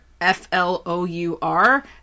F-L-O-U-R